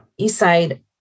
Eastside